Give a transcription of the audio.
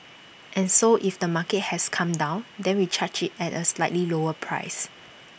and so if the market has come down then we charge IT at A slightly lower price